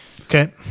Okay